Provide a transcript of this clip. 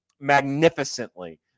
magnificently